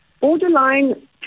borderline